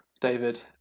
David